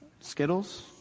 Skittles